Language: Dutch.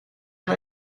dat